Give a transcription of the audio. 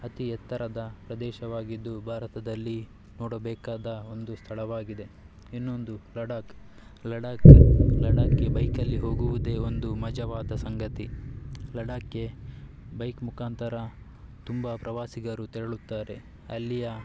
ಅತಿ ಎತ್ತರದ ಪ್ರದೇಶವಾಗಿದ್ದು ಭಾರತದಲ್ಲಿ ನೋಡಬೇಕಾದ ಒಂದು ಸ್ಥಳವಾಗಿದೆ ಇನ್ನೊಂದು ಲಡಾಕ್ ಲಡಾಕ್ ಲಡಾಕ್ಗೆ ಬೈಕಲ್ಲಿ ಹೋಗುವುದೇ ಒಂದು ಮಜವಾದ ಸಂಗತಿ ಲಡಾಕ್ಗೆ ಬೈಕ್ ಮುಖಾಂತರ ತುಂಬ ಪ್ರವಾಸಿಗರು ತೆರಳುತ್ತಾರೆ ಅಲ್ಲಿಯ